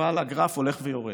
אבל הגרף הולך ויורד.